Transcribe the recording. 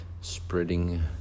spreading